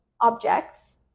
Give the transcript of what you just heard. objects